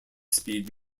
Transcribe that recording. speed